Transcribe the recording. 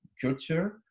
culture